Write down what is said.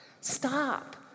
stop